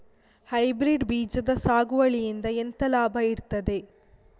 Hybrid ಬೀಜದ ಸಾಗುವಳಿಯಿಂದ ಎಂತ ಲಾಭ ಇರ್ತದೆ?